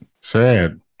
Sad